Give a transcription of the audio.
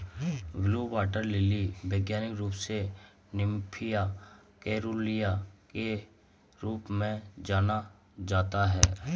blue water lily वैज्ञानिक रूप से निम्फिया केरूलिया के रूप में जाना जाता है